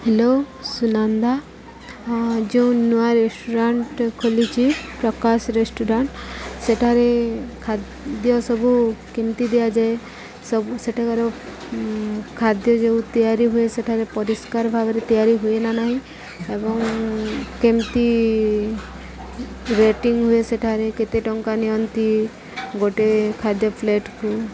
hello Sunanda ହଁ ଯେଉଁ ନୂଆ ରେଷ୍ଟୁରାଣ୍ଟ ଖୋଲିଛି ପ୍ରକାଶ ରେଷ୍ଟୁରାଣ୍ଟ ସେଠାରେ ଖାଦ୍ୟ ସବୁ କେମିତି ଦିଆଯାଏ ସବୁ ସେଠାକାର ଖାଦ୍ୟ ଯେଉଁ ତିଆରି ହୁଏ ସେଠାରେ ପରିଷ୍କାର ଭାବରେ ତିଆରି ହୁଏ ନା ନାହିଁ ଏବଂ କେମିତି ରେଟିଂ ହୁଏ ସେଠାରେ କେତେ ଟଙ୍କା ନିଅନ୍ତି ଗୋଟେ ଖାଦ୍ୟ ପ୍ଲେଟକୁ